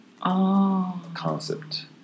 concept